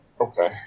Okay